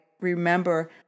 remember